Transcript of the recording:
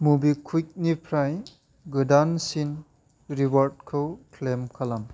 मबिकुइकनिफ्राय गोदानसिन रिवार्डखौ क्लेम खालाम